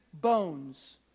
bones